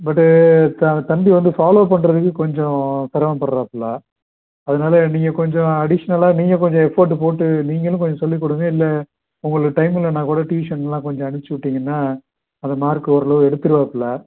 பட்டு த தம்பி வந்து ஃபாலோவ் பண்ணுறதுக்கு கொஞ்சம் சிரமப்பட்றாப்ல அதனால நீங்கள் கொஞ்சம் அடிஷ்னலாக நீங்கள் கொஞ்சம் எஃபோர்ட்டு போட்டு நீங்களும் கொஞ்சம் சொல்லிக் கொடுங்க இல்லை உங்களுக்கு டைம் இல்லைனா கூட டியூஷன்லாம் கொஞ்சம் அனுப்பிச்சிவிட்டீங்கனா அந்த மார்க்கு ஓரளவு எடுத்துருவாப்ல